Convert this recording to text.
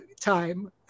time